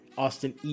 austin